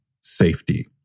safety